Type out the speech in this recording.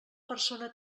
persona